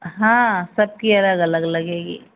हाँ सबकी अलग अलग लगेगी